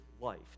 life